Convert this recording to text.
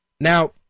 Now